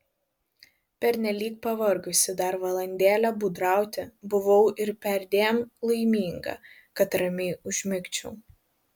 pernelyg pavargusi dar valandėlę būdrauti buvau ir perdėm laiminga kad ramiai užmigčiau